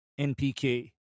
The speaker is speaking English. NPK